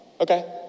okay